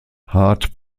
hart